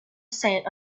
sat